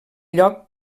lloc